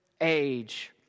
age